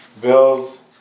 Bills